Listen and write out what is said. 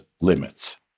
limits